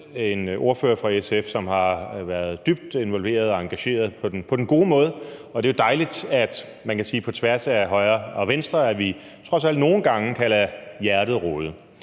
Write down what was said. en ordfører fra SF, som har været dybt involveret og engageret på den gode måde, og det er jo dejligt, at vi – kan man sige – på tværs af højre og venstre trods alt nogle gange kan lade hjertet råde.